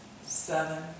seven